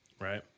right